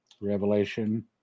Revelation